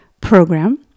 program